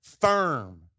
firm